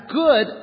good